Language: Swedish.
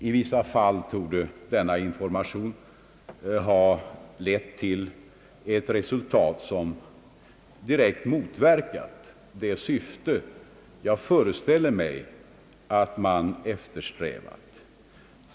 I vissa fall torde verksamheten ha lett till ett resultat som direkt motverkar det syfte jag föreställer mig att man eftersträvat.